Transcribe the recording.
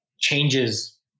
changes